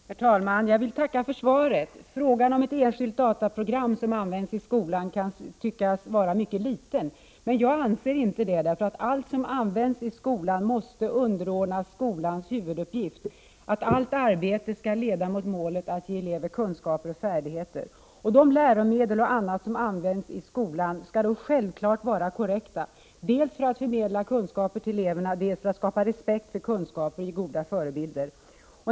Herr talman! Jag vill tacka för svaret. Frågan om ett enskilt dataprogram som används i skolan kan tyckas vara mycket liten, men jag anser inte att den är det. Det som används i skolan måste underordnas skolans huvuduppgift att allt arbete skall leda mot målet att ge elever kunskaper och färdigheter. De läromedel och annat som används i skolan skall självfallet vara korrekta dels för att förmedla kunskaper till eleverna, dels för att skapa respekt för kunskaper och ge goda förebilder.